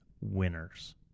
winners